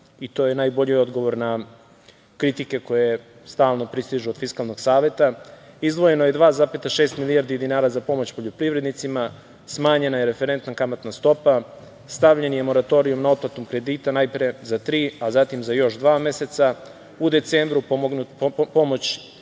i to je najbolji odgovor na kritike koje stalno pristižu od Fiskalnog saveta. Izdvojeno je 2,6 milijardi dinara za pomoć poljoprivrednicima, smanjena je referentna kamatna stopa, stavljen je moratorijum na otplatu kredita najpre za tri, a zatim za još dva meseca. U decembru pomoć